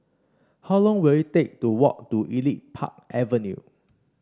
how long will it take to walk to Elite Park Avenue